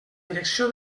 direcció